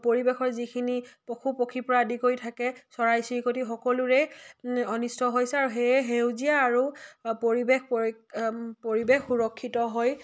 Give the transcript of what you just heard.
পৰিৱেশৰ যিখিনি পশু পক্ষীৰ পৰা আদি কৰি থাকে চৰাই চিৰিকটি সকলোৰে অনিষ্ট হৈছে আৰু সেয়ে সেউজীয়া আৰু পৰিৱেশ পৰিৱেশ সুৰক্ষিত হৈ